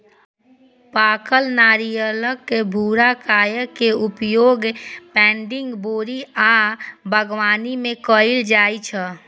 पाकल नारियलक भूरा कॉयर के उपयोग पैडिंग, बोरी आ बागवानी मे कैल जाइ छै